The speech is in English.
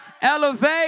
Elevate